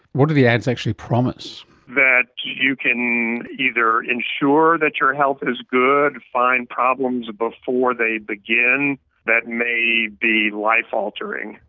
what do the ads actually promise? that you can either ensure that your health is good, find problems before they begin that may be life altering.